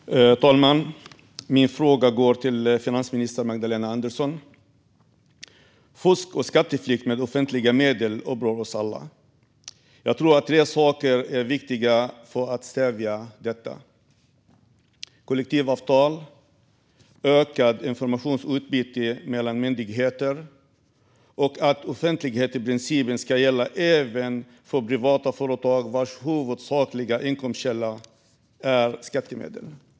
Herr talman! Min fråga går till finansminister Magdalena Andersson. Skatteflykt och fusk med offentliga medel upprör oss alla. Jag tror att tre saker är viktiga för att stävja detta: kollektivavtal, ökat informationsutbyte mellan myndigheter och att offentlighetsprincipen ska gälla även för privata företag vars huvudsakliga inkomstkälla är skattemedel.